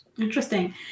interesting